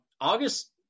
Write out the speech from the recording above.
August